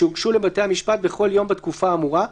שהוגשו לבתי המשפט בכל יום בתקופה האמורה,